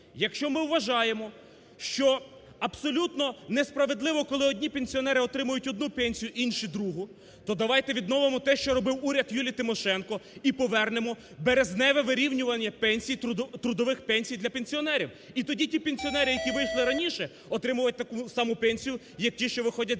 Якщо ми вважаємо, що абсолютно несправедливо, коли одні пенсіонери отримують одну пенсію, інші другу, то давайте відновимо те, що робив уряд Юлії Тимошенко і повернемо березневе вирівнювання пенсій, трудових пенсій для пенсіонерів. І тоді ті пенсіонери, які вийшли раніше, отримуватимуть таку саму пенсію, як ті, що виходять